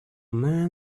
man